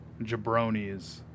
jabronis